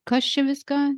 kas čia viską